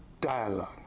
dialogue